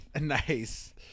Nice